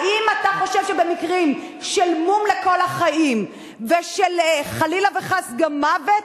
האם אתה חושב שבמקרים של מום לכל החיים ושל חלילה וחס מוות,